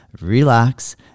relax